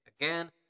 again